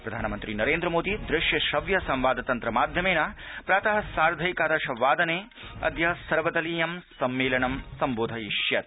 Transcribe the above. प्रधानमन्त्री नरेन्द्र मोदी दृश्यश्रव्य संवाद तन्त्रमाध्यमेन प्रातः साधैंकादश वादने सर्वदलीयं सम्मेलनं संबोधयिष्यति